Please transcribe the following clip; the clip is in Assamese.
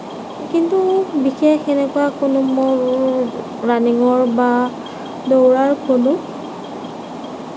কিন্তু বিশেষ এনেকুৱা কোনো মোৰ ৰাণিঙৰ বা দৌৰাৰ কোনো